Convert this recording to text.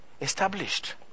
established